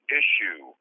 issue